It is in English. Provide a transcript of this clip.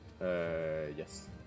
yes